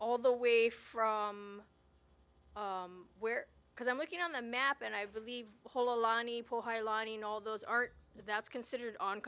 all the way from where because i'm looking on the map and i believe all those art that's considered on